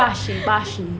八十八十